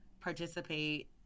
participate